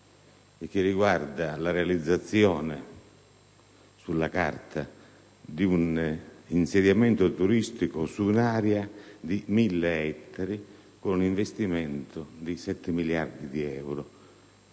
e che riguarda la realizzazione sulla carta di un insediamento turistico su un'area di 1.000 ettari con un investimento di 7 miliardi di euro,